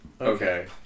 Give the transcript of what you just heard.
Okay